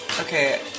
okay